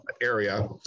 area